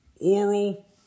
Oral